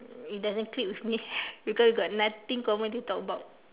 doesn't click with me because got nothing common to talk about